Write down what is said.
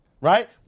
right